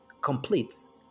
completes